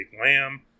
Lamb